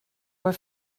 were